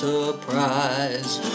Surprise